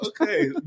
okay